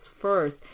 first